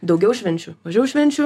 daugiau švenčių mažiau švenčių